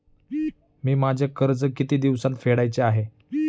मी माझे कर्ज किती दिवसांत फेडायचे आहे?